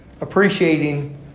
appreciating